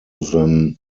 than